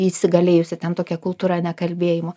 įsigalėjusi ten tokia kultūra nekalbėjimo